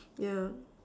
yeah